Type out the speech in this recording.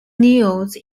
news